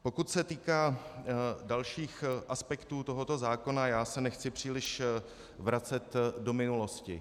Pokud se týká dalších aspektů tohoto zákona, nechci se příliš vracet do minulosti.